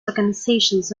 organizations